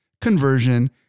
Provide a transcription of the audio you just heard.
conversion